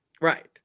right